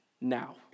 now